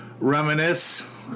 reminisce